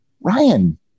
Ryan